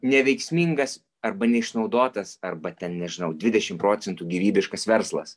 neveiksmingas arba neišnaudotas arba ten nežinau dvidešim procentų gyvybiškas verslas